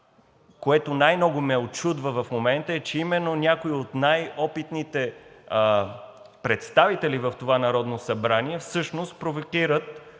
което най-много ме учудва в момента, е, че именно някои от най-опитните представители в това Народно събрание всъщност провокират